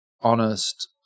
honest